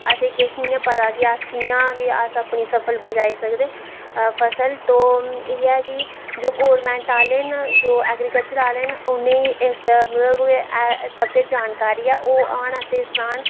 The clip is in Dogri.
असेंगी किश नी ऐ पता कि अस कियां अपनी फसल बचाई सकने फसल तो इयै ऐ कि जो गौरमैंट आह्ले न जो ऐग्रीकल्चर आह्ले न उनेंगी इस मतलव सब किश जानकारी ऐ ओह् असेंगी सनाना